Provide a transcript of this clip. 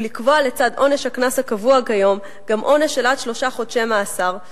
ולקבוע לצד עונש הקנס הקבוע כיום גם עונש של עד שלושה חודשי מאסר,